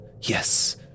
Yes